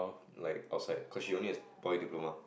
like outside cause she only has poly diploma